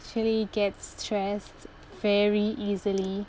actually gets stressed very easily